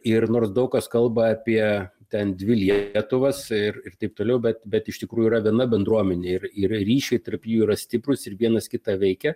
ir nors daug kas kalba apie ten dvi lietuvas irir taip toliau bet bet iš tikrųjų yra viena bendruomenė ir yra ryšiai tarp jų yra stiprūs ir vienas kitą veikia